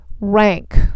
rank